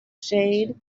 shade